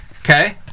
Okay